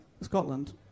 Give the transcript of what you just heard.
Scotland